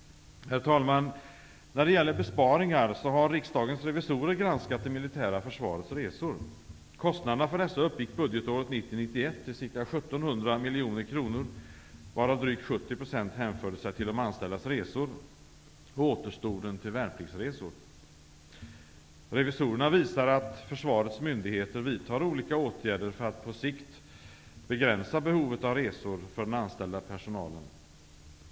Herr talman! När det gäller besparingar har Riksdagens revisorer granskat det militära försvarets resor. Kostnaderna för dessa uppgick budgetåret 1990/91 till ca 1 700 miljoner kronor, varav drygt 70 % hänförde sig till anställdas resor och återstoden till värnpliktsresor. Revisorerna visar att försvarets myndigheter vidtar olika åtgärder för att på sikt begränsa behovet av resor för den anställda personalen.